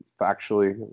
factually